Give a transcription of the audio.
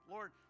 Lord